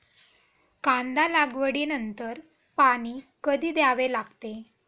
कांदा लागवडी नंतर पाणी कधी द्यावे लागते?